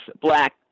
black